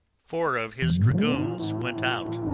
four of his dragoons went out.